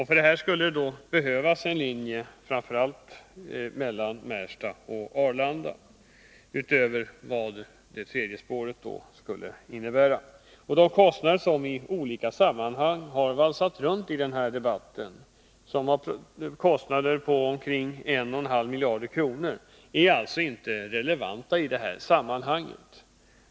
För detta skulle då behövas en linje framför allt mellan Märsta och Arlanda, utöver det tredje spåret. De kostnader som i olika sammanhang har valsat runt i debatten, på omkring 1,5 miljarder kronor, är inte relevanta i sammanhanget.